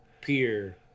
Peer